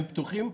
הם פתוחים,